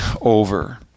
over